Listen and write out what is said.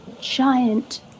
giant